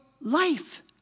life